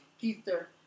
Peter